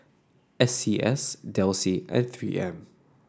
S C S Delsey and Three M